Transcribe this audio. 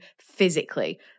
physically